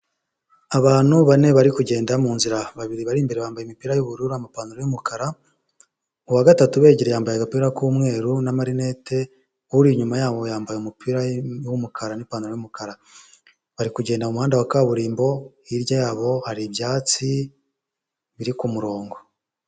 Abantu bane bari kugenda munzira babiri bari imbere bambaye imipira y'ubururu n'amapantaro y'umukara, uwa gatatu ubegereye yambaye agapira k'umweru n'amarineti, uri inyuma yabo yambaye umupira w'umukara n'ipantaro y'umukara, bari kugenda mu muhanda wa kaburimbo hirya yabo hari ibyatsi biri ku murongo.